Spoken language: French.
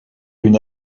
une